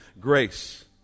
grace